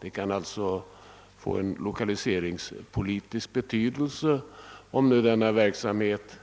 Det har alltså lokaliseringspolitisk betydelse om denna verksamhet